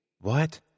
What